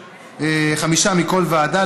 חמישה מכל ועדה,